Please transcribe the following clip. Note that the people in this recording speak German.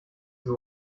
hier